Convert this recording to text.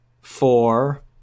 four